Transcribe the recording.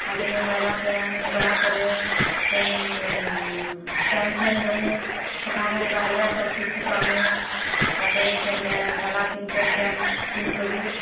ତା'ପରେ ମଏଲା ପେନ୍ ଗଲା ପରେ ଫେନ୍ ପେନ୍ ଫେନ୍ ଦେମୁ ସଫା ପେନ୍ ବାହାରିବା ତକ୍ ଛୁପ୍ ଛୁପାମୁ ତା'ପରେ ଫେନ୍ ଘାଏ ଡାଲା ତିନ୍ ଫେନ୍ ପେନ୍ ଛିନି କରି